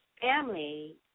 family